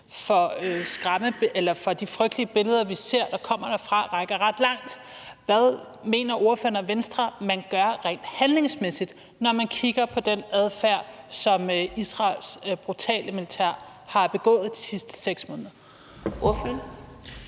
for de frygtelige billeder, vi ser der kommer derfra, rækker ret langt – hvad mener ordføreren og Venstre så man gør rent handlingsmæssigt, når man kigger på den adfærd, som Israels brutale militær har haft de sidste 6 måneder? Kl.